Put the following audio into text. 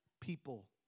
people